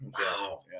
Wow